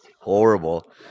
Horrible